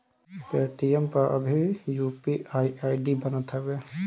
Paytm पअ भी UPI ID बनत हवे